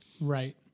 Right